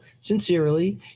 Sincerely